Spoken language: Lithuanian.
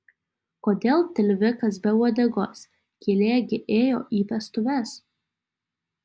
kodėl tilvikas be uodegos kielė gi ėjo į vestuves